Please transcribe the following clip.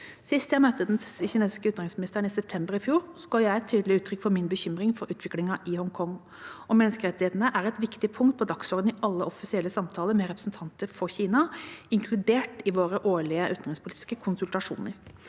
Sist jeg møtte den kinesiske utenriksministeren, i september i fjor, ga jeg tydelig uttrykk for min bekymring for utviklingen i Hongkong. Menneskerettighetene er et viktig punkt på dagsordenen i alle offisielle samtaler med representanter for Kina, inkludert i våre årlige utenrikspolitiske konsultasjoner.